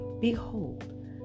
behold